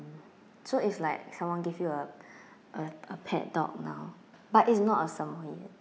so if like someone give you a a a pet dog now but it's not a samoyed